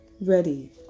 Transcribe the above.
Ready